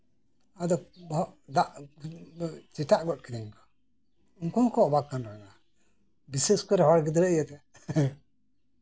ᱪᱟᱞᱟᱣᱱᱟᱧ ᱧᱩᱛᱩᱢ ᱠᱚ ᱠᱩᱞᱤ ᱠᱤᱫᱤᱧᱟ ᱵᱚᱦᱚᱜ ᱫᱟᱜ ᱪᱮᱴᱟᱜ ᱜᱚᱫ ᱠᱤᱫᱤᱧᱟᱠᱚ ᱩᱱᱠᱩ ᱦᱚᱸᱠᱚ ᱚᱵᱟᱠ ᱠᱟᱱᱟ ᱵᱤᱥᱮᱥ ᱠᱚᱨᱮ ᱦᱚᱲ ᱜᱤᱫᱽᱨᱟᱹ ᱤᱭᱟᱹᱛᱮ